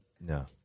No